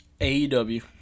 AEW